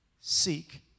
Seek